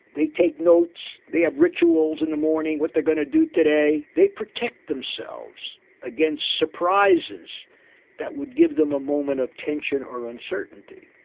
they take notes, they have rituals in the morning, what they're going to do today. they protect themselves against surprises that would give them a moment of tension or uncertainty.